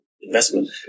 investment